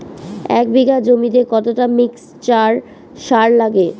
এক বিঘা জমিতে কতটা মিক্সচার সার লাগে?